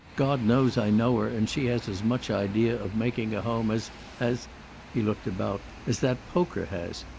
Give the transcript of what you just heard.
god knows i know her, and she has as much idea of making a home as as he looked about as that poker has.